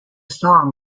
song